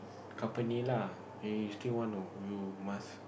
company lah eh you still want to you must